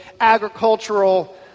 agricultural